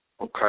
Okay